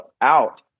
out